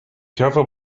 careful